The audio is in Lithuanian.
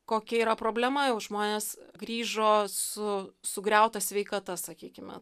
kokia yra problema jau žmonės grįžo su sugriauta sveikata sakykime